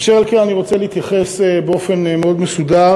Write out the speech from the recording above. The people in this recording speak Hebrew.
אשר על כן, אני רוצה להתייחס באופן מאוד מסודר.